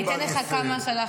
אני אתן לך כמה שלחתי.